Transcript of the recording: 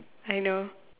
I know